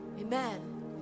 Amen